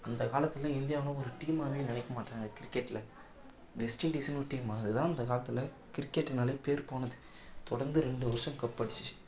அந்த காலத்தில் இந்தியாவைலாம் ஒரு டீமாகவே நினைக்க மாட்டாங்க கிரிக்கெட்டில் வெஸ்ட்டன்டீஸ்ன்னு ஒரு டீம் அது தான் அந்த காலத்தில் கிரிக்கெட்டுனாலே பேர் போனது தொடர்ந்து ரெண்டு வருஷம் கப்பு அடிச்சிச்சு